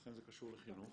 לכן זה קשור לחינוך